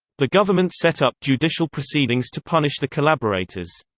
the government set up judicial proceedings to punish the collaborators.